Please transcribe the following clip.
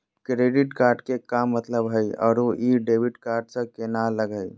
Credit card के का मतलब हई अरू ई डेबिट कार्ड स केना अलग हई?